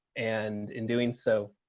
and in doing so,